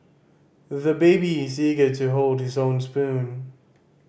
the baby is eager to hold his own spoon